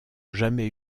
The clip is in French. jamais